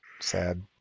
sad